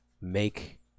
make